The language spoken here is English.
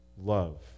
love